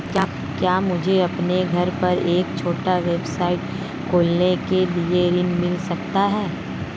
क्या मुझे अपने घर पर एक छोटा व्यवसाय खोलने के लिए ऋण मिल सकता है?